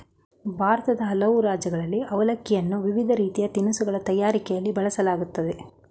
ಭಾರತದ ಹಲವು ರಾಜ್ಯಗಳಲ್ಲಿ ಅವಲಕ್ಕಿಯನ್ನು ವಿವಿಧ ರೀತಿಯ ತಿನಿಸುಗಳ ತಯಾರಿಕೆಯಲ್ಲಿ ಬಳಸಲಾಗ್ತದೆ